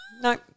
No